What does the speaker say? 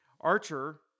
Archer